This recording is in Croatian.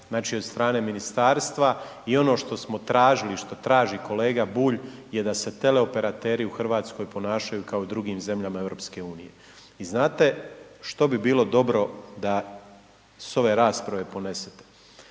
znači, od strane ministarstva i ono što smo tražili i što traži kolega Bulj je da se teleoperateri u RH ponašaju kao i u drugim zemljama EU. I znate što bi bilo dobro da s ove rasprave ponesete?